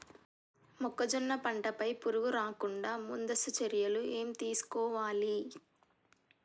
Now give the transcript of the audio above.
మొక్కజొన్న పంట పై పురుగు రాకుండా ముందస్తు చర్యలు ఏం తీసుకోవాలి?